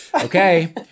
Okay